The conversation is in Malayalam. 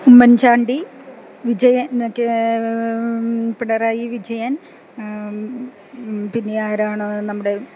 ഉമ്മൻചാണ്ടി പിണറായി വിജയൻ പിന്നെ ആരാണ് നമ്മുടെ